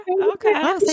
Okay